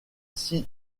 six